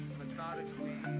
methodically